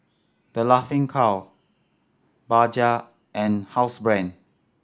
The Laughing Cow Bajaj and Housebrand